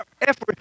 effort